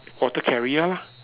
water carrier lah